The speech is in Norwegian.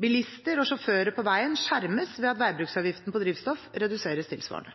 Bilister og sjåfører på veien skjermes ved at veibruksavgiften på drivstoff reduseres tilsvarende.